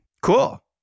Cool